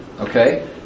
Okay